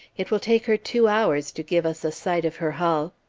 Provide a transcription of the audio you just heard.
it'will take her two hours to give us a sight of her hull.